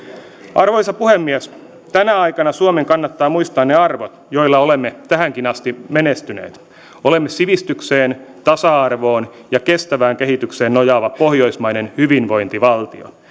arvoisa puhemies tänä aikana suomen kannattaa muistaa ne arvot joilla olemme tähänkin asti menestyneet olemme sivistykseen tasa arvoon ja kestävään kehitykseen nojaava pohjoismainen hyvinvointivaltio